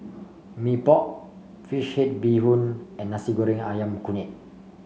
Mee Pok Fish Head Bee Hoon and Nasi Goreng ayam Kunyit